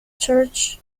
church